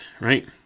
right